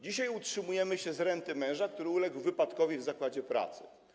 Dzisiaj utrzymujemy się z renty męża, który uległ wypadkowi w zakładzie pracy.